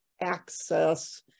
access